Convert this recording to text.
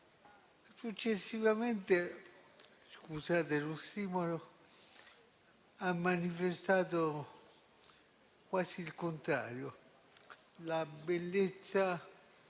Successivamente, scusate l'ossimoro, manifestò quasi il contrario: la bellezza